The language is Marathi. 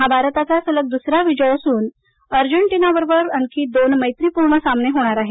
हा भारताचा सलग दुसरा विजय असून अजेंटीनाबरोबर आणखी दोन मैत्रीपूर्ण सामने होणार आहेत